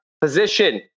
position